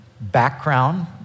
background